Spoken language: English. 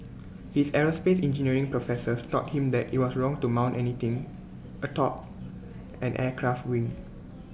his aerospace engineering professors taught him that IT was wrong to mount anything atop an aircraft wing